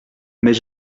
mais